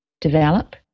develop